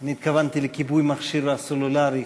אני התכוונתי לכיבוי המכשיר הסלולרי,